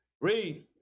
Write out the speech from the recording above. Read